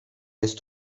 jest